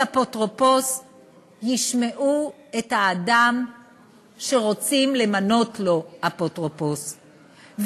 אפוטרופוס ישמעו את האדם שרוצים למנות לו אפוטרופוס,